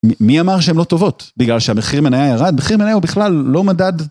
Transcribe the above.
מי אמר שהן לא טובות בגלל שהמחיר מנייה ירד? המחיר מנייה הוא בכלל לא מדד...